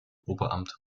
oberamt